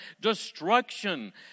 destruction